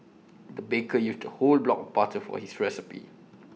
the baker used A whole block of butter for this recipe